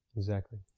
exactly,